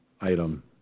item